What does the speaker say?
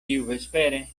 tiuvespere